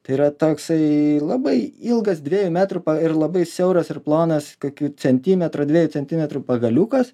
tai yra toksai labai ilgas dviejų metrų pa ir labai siauras ir plonas kokių centimetro dviejų centimetrų pagaliukas